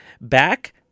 back